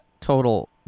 total